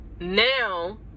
now